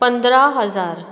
पंदरा हजार